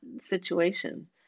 situation